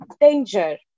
danger